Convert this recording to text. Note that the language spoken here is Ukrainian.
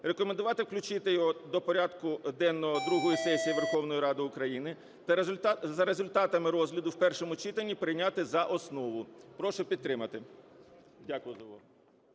рекомендувати включити його до порядку денного другої сесії Верховної Ради України та за результатами розгляду в першому читанні прийняти за основу. Прошу підтримати.